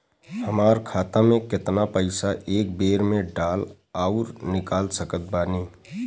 हमार खाता मे केतना पईसा एक बेर मे डाल आऊर निकाल सकत बानी?